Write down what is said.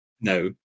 No